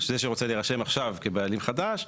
זה שרוצה להירשם עכשיו כבעלים חדש.